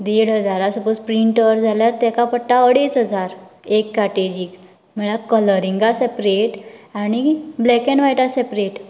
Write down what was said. देड हजारा सपाॅज प्रिन्टर जाल्यार तेका पडटा अडेज हजार एक कार्टेजीक म्हळ्यार कलरिंगाक सेपरेट आनी ब्लेक एन व्हायटाक सेपरेट